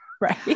Right